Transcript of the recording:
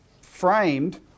framed